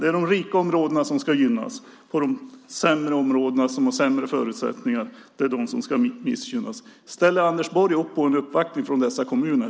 Det är de rika områdena som ska gynnas och det är de områden som har sämre förutsättningar som ska missgynnas. Ställer Anders Borg upp på en uppvaktning från dessa kommuner?